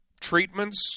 treatments